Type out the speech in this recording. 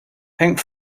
pink